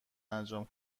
انجام